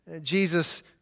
Jesus